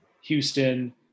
Houston